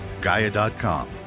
Gaia.com